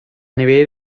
nivell